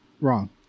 Wrong